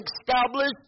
established